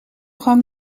gang